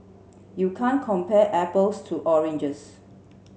you can't compare apples to oranges